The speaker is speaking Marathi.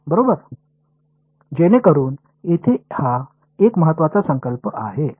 बरोबर जेणेकरून येथे हा एक महत्वाचा संकल्प आहे